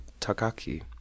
takaki